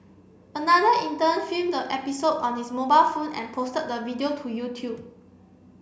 another intern filmed the episode on his mobile phone and posted the video to YouTube